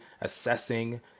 assessing